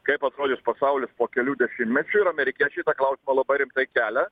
kaip atrodys pasaulis po kelių dešimtmečių ir amerikiečiai tą klausimą labai rimtai kelia